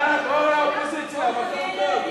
יאללה, בואו לאופוזיציה, מקום טוב.